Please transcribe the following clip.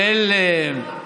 תלם,